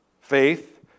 faith